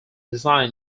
design